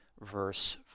verse